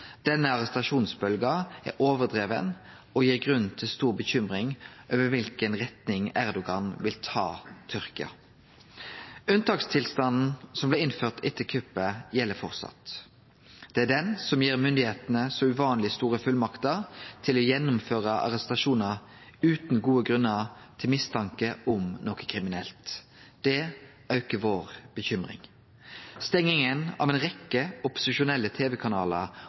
Denne bølgja av arrestasjonar er overdriven og gir grunn til stor bekymring over kva for retning Ergodan vil ta Tyrkia. Unntakstilstanden som blei innført etter kuppet, gjeld framleis. Det er den som gir styresmaktene så uvanleg store fullmaktar til å gjennomføre arrestasjonar utan gode grunnar til mistanke om noko kriminelt. Det aukar vår bekymring. Stenginga av ei rekkje opposisjonelle